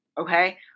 Okay